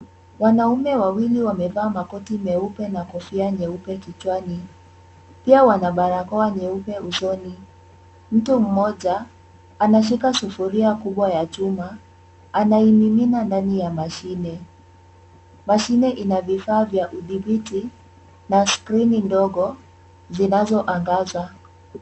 Wanaume wawili wamevaa makoti meupe na kofia nyeupe kichwani. Pia wana barakoa nyeupe usoni. Mtu mmoja anashika sufuria kubwa ya chuma, anaimimina ndani ya mashine. Mashine ina vifaa vya kudhibiti na skrini ndogo zinazoangaza.